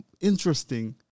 interesting